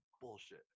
bullshit